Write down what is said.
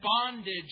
bondage